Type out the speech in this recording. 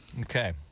Okay